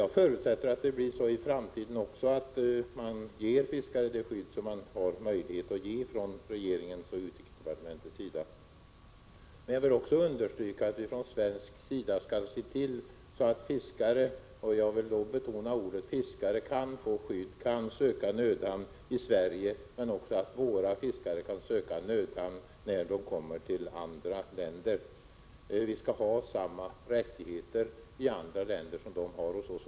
Jag förutsätter att det kommer att bli så även i framtiden att regeringen och utrikesdepartementet ger fiskarna det skydd som det finns möjlighet att ge dem. Men jag vill också understryka att vi från svensk sida bör se till att fiskare — och jag vill då betona ordet fiskare — kan få skydd och söka nödhamn i Sverige, men också att våra fiskare kan söka nödhamn när de kommer till andra länder. Vi skall ha samma rättigheter där som de utländska fiskarna har hos oss.